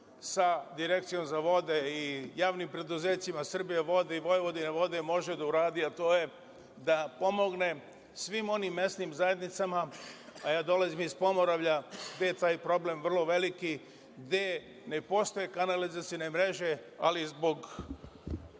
sa Direkcijom za vode i javnim preduzećima „Srbijavode“ i „Vojvodinavode“, može da uradi, a to je da pomogne svim onim mesnim zajednicama, a ja dolazim iz Pomoravlja gde je taj problem vrlo veliki, gde ne postoje kanalizacione mreže, ali zbog